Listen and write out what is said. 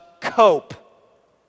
cope